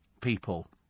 people